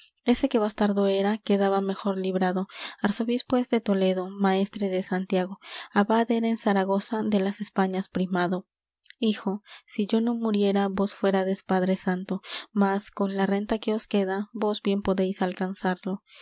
ese que bastardo era quedaba mejor librado arzobispo es de toledo maestre de santiago abad era en zaragoza de las españas primado hijo si yo no muriera vos fuérades padre santo mas con la renta que os queda vos bien podéis alcanzarlo